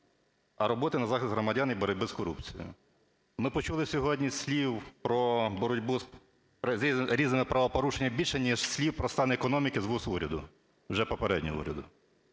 а роботи на захист громадян і боротьби з корупцією. Ми почули сьогодні слів про боротьбу з різними правопорушеннями більше, ніж слів про стан економіки з вуст уряду, вже попереднього уряду.